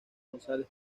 gonzález